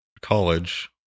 college